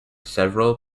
several